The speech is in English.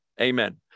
Amen